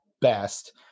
best